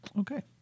Okay